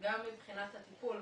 גם מבחינת הטיפול,